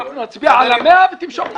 נצביע על ה-100,000 ותמשוך את הכול.